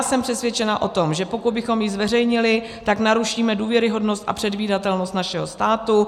Jsem přesvědčena o tom, že pokud bychom ji zveřejnili, tak narušíme důvěryhodnost a předvídatelnost našeho státu.